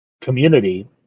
community